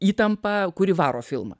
įtampą kuri varo filmą